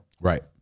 Right